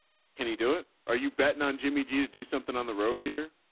can he do it? are you betting on jimmy g to do something on the road here?